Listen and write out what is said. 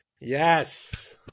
Yes